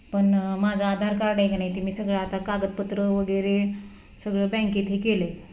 पण माझं आधार कार्ड आहे की नाही ते मी सगळं आता कागदपत्रं वगैरे सगळं बँकेत हे केलं आहे